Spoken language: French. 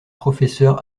professeur